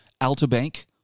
AltaBank